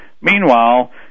Meanwhile